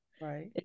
right